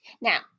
Now